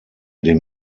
den